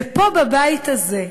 ופה, בבית הזה,